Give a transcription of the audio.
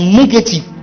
negative